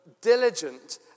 diligent